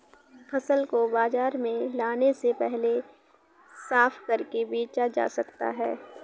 फसल को बाजार में लाने से पहले साफ करके बेचा जा सकता है?